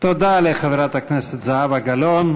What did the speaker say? תודה לחברת הכנסת זהבה גלאון.